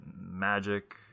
magic